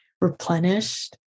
replenished